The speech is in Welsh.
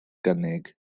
gynnig